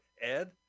Ed